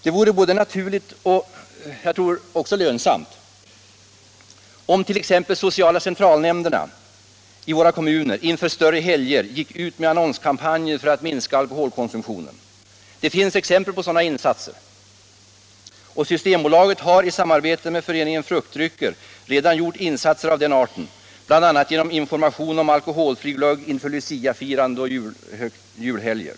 Det vore både naturligt och sannolikt även lönsamt om t.ex. sociala centralnämnderna i våra kommuner inför större helger gick ut med annonskampanjer för minskad alkoholkonsumtion. Det finns exempel på sådana insatser. Systembolaget har i samarbete med Föreningen Fruktdrycker redan gjort insatser av denna art, bl.a. genom information om alkoholfri glögg inför luciafirande och julhelger.